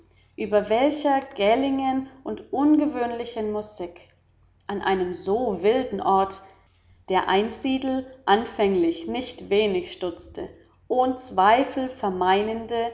über welcher gählingen und ungewöhnlichen musik an einem so wilden ort der einsiedel anfänglich nicht wenig stutzte ohn zweifel